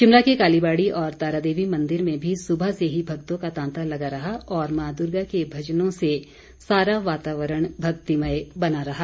शिमला के कालीबाड़ी और तारादेवी मंदिर में भी सुबह से ही भक्तों का तांता लगा रहा और मां दुर्गा के भजनों से सारा वातावरण भक्तिमय बना रहा